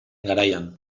garaian